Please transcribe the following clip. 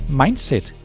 mindset